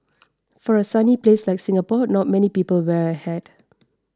for a sunny place like Singapore not many people wear a hat